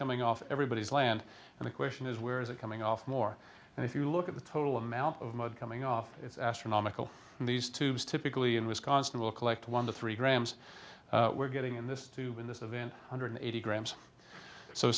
coming off everybody's land and the question is where is it coming off more and if you look at the total amount of mud coming off it's astronomical these tubes typically in wisconsin will collect one to three grams we're getting in this to win this event hundred eighty grams so